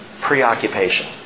preoccupation